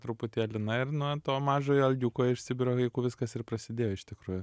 truputėlį na ir nuo to mažojo algiuko iš sibiro haiku viskas ir prasidėjo iš tikrųjų